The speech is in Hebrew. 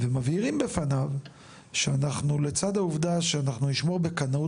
מבהירים בפניו לצד העובדה שנשמור בקנאות